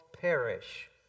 perish